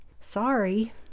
Sorry